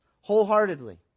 wholeheartedly